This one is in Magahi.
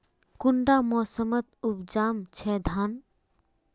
कुंडा मोसमोत उपजाम छै धान?